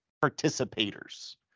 participators